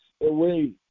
away